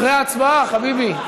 אחרי הצבעה, חביבי.